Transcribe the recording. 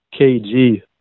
kg